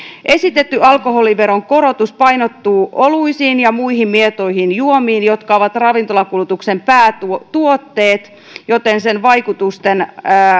esitetty alkoholiveron korotus painottuu oluisiin ja muihin mietoihin juomiin jotka ovat ravintolakulutuksen päätuotteet joten sen vaikutusten